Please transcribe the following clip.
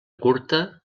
curta